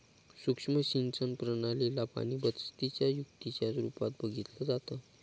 सुक्ष्म सिंचन प्रणाली ला पाणीबचतीच्या युक्तीच्या रूपात बघितलं जातं